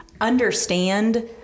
understand